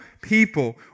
people